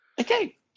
Okay